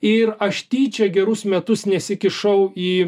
ir aš tyčia gerus metus nesikišau į